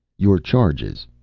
your charges,